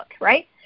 right